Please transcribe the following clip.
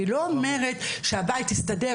אני לא אומרת שהבית יסתדר,